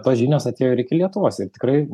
tos žinios atėjo ir iki lietuvos ir tikrai